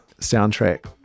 soundtrack